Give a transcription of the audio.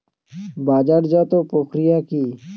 বাজারজাতও প্রক্রিয়া কি?